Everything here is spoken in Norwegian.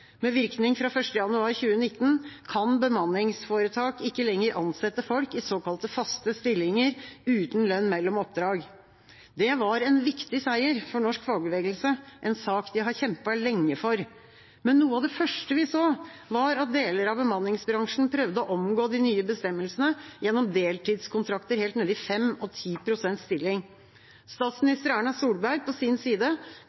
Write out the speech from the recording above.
Med virkning fra 1. januar 2019 kan bemanningsforetak ikke lenger ansette folk i såkalte faste stillinger uten lønn mellom oppdrag. Det var en viktig seier for norsk fagbevegelse, en sak de har kjempet lenge for. Men noe av det første vi så, var at deler av bemanningsbransjen prøvde å omgå de nye bestemmelsene gjennom deltidskontrakter helt nede i stillinger på 5 og 10 pst. Statsminister Erna Solberg på sin side